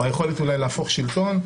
או אולי היכולת להפוך שלטון,